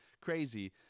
crazy